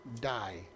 die